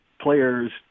players